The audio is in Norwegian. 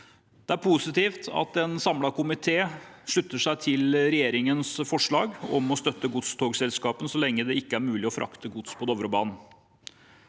Det er positivt at en samlet komité slutter seg til regjeringens forslag om å støtte godstogselskapene så lenge det ikke er mulig å frakte gods på Dovrebanen.